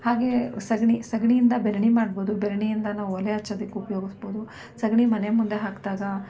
ಹಾಗೆ ಸಗಣಿ ಸಗಣಿ ಇಂದ ಬೆರಣಿ ಮಾಡ್ಬೋದು ಬೆರಣಿಯಿಂದ ನಾವು ಒಲೆ ಹಚ್ಚೋದಕ್ ಉಪಯೋಗಿಸ್ಬೋದು ಸಗಣಿ ಮನೆ ಮುಂದೆ ಹಾಕಿದಾಗ